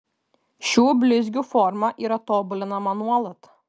šių blizgių forma yra tobulinama nuolat